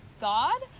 God